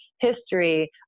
history